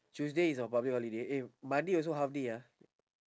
tuesday is a public holiday eh monday also half day ah